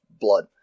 blood